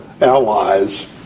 allies